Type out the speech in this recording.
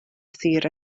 sir